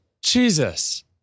Jesus